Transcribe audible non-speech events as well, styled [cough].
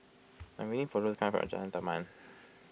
I am waiting for [unintelligible] Jalan Taman